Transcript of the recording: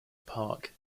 park